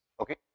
Okay